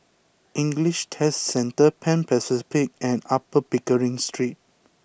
English Test Centre Pan Pacific and Upper Pickering Street